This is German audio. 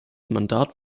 mandat